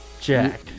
Jack